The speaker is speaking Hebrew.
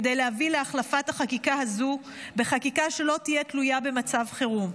כדי להביא להחלפת החקיקה הזו בחקיקה שלא תהיה תלויה במצב חירום.